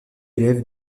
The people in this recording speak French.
élève